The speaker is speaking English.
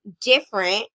different